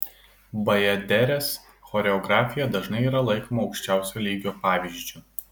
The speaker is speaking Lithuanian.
bajaderės choreografija dažnai yra laikoma aukščiausio lygio pavyzdžiu